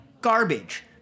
garbage